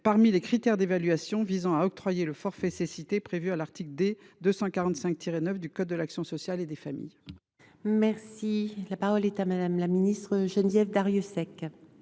parmi les critères d’évaluation visant à octroyer le forfait cécité prévu à l’article D. 245 9 du code de l’action sociale et des familles ? La parole est à Mme la ministre déléguée.